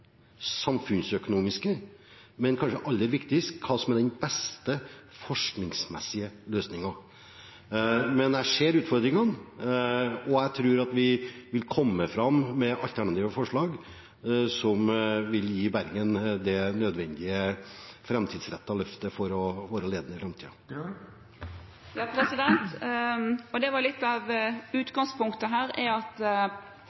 samfunnsøkonomiske og – kanskje aller viktigst – den beste forskningsmessige løsningen. Jeg ser utfordringene, og jeg tror at vi vil komme fram med alternative forslag som vil gi Bergen det nødvendige framtidsrettede løftet for å være ledende i